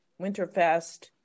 Winterfest